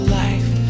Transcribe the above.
life